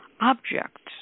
objects